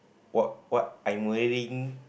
what what I'm worrying